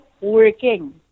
working